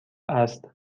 است